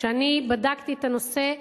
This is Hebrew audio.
כשאני בדקתי את הנושא,